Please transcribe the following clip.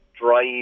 drive